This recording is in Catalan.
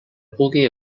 pugui